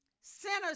Sinners